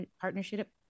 partnership